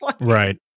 right